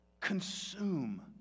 Consume